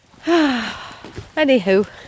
Anywho